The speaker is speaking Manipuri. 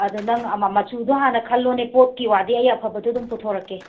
ꯑꯗꯣ ꯅꯪ ꯃꯆꯨꯗꯣ ꯍꯥꯟꯅ ꯈꯜꯂꯣꯅꯦ ꯄꯧꯠꯀꯤ ꯋꯥꯗꯤ ꯑꯩ ꯐꯕꯗꯣ ꯑꯗꯨꯝ ꯄꯨꯊꯣꯔꯛꯀꯦ